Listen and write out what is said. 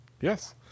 Yes